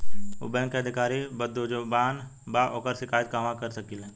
उ बैंक के अधिकारी बद्जुबान बा ओकर शिकायत कहवाँ कर सकी ले